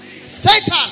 Satan